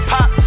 Pop